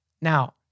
Now